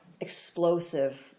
explosive